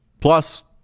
Plus